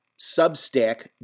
Substack